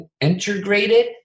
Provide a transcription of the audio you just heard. integrated